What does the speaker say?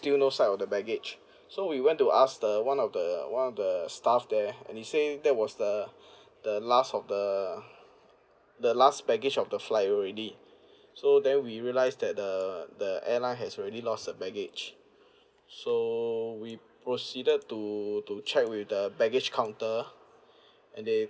still no sight of the baggage so we went to ask the one of the one of the staff there and he say that was the the last of the the last baggage of the flight already so then we realise that the the airline has already lost a baggage so we proceeded to to check with the baggage counter and they